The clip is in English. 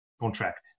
contract